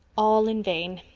all in vain.